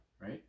right